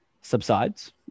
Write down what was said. subsides